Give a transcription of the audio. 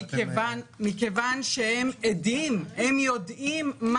מכיוון שהם עדים, הם יודעים.